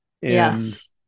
Yes